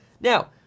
Now